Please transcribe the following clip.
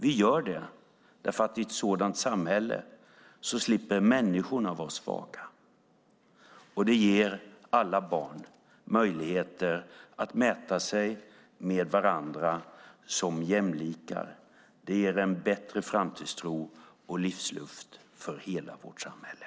Vi gör det därför att människorna slipper vara svaga i ett sådant samhälle. Det ger alla barn möjligheter att mäta sig med varandra som jämlikar. Det ger en bättre framtidstro och livsluft för hela vårt samhälle.